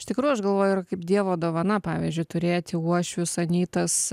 iš tikrųjų aš galvoju yra kaip dievo dovana pavyzdžiui turėt jau uošvius anytas